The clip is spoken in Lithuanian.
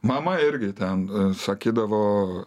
mama irgi ten sakydavo